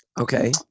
Okay